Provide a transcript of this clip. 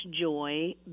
joy